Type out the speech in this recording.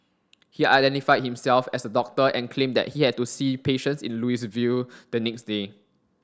he identified himself as a doctor and claimed that he had to see patients in Louisville the next day